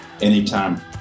anytime